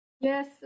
Yes